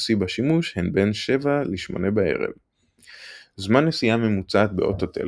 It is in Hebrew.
השיא בשימוש הן בין 1900-2000. זמן נסיעה ממוצעת באוטותל